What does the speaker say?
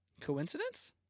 Coincidence